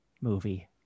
movie